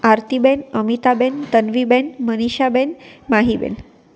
Aartiben Amitaben Tanviben Manishaben Mahiben